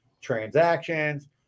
transactions